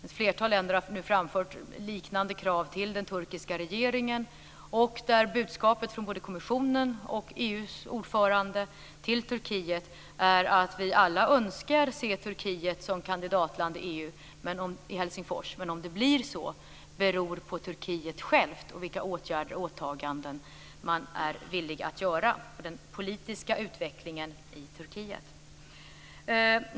Ett flertal länder har nu framfört liknande krav till den turkiska regeringen. Budskapet både från kommissionen och EU:s ordförande till Turkiet är att vi alla önskar se Turkiet som kandidatland till EU i Helsingfors. Men om det blir så beror på Turkiet självt och vilka åtgärder och åtaganden man är villig att göra för den politiska utvecklingen i Turkiet.